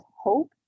hope